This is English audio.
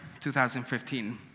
2015